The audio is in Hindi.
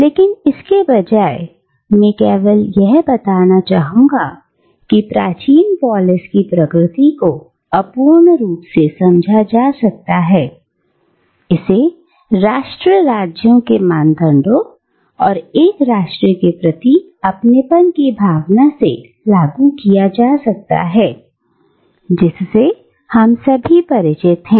लेकिन इसके बजाय मैं केवल यह बताना चाहूंगा कि की प्राचीन पोलिस की प्रकृति को अपूर्ण रूप से समझा जा सकता है इसे राष्ट्र राज्यों के मापदंडों और एक राष्ट्र के प्रति अपनेपन की भावना से लागू किया जा सकता है जिससे हम सभी परिचित हैं